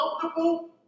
comfortable